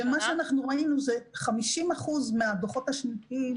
ראינו ש-50% מן הדוחות השנתיים